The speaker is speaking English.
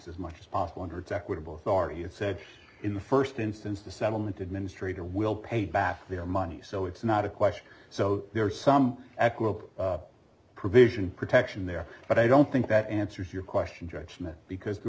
as much as possible under its equitable far you've said in the first instance the settlement administrator will pay back their money so it's not a question so there is some provision protection there but i don't think that answers your question judgement because the